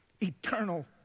Eternal